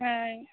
ᱦᱮᱸ